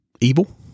evil